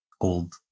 old